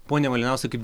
pone malinauskai kaip